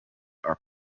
are